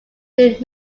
did